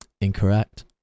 Incorrect